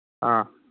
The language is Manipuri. ꯑꯥ